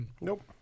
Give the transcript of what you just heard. Nope